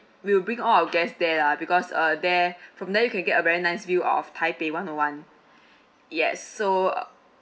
will bring all our guests there lah because uh there from there you can get a very nice view of taipei one O one yes so uh